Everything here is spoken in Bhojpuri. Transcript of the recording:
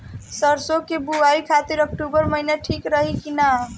सरसों की बुवाई खाती अक्टूबर महीना ठीक रही की ना?